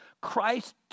Christ